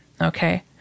Okay